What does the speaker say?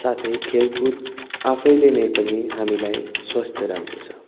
साथै खेलकुद आफैले पनि हामीलाई स्वस्थ्य राख्दछ